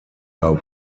are